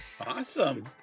Awesome